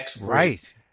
Right